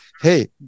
Hey